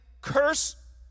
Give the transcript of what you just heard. curse